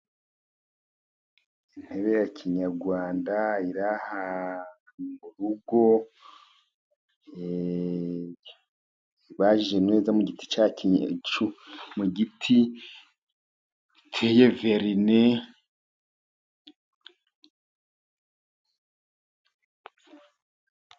Intebe ya kinyarwanda iri ahantu mu rugo, ibajije mu giti giteye verine.